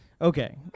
Okay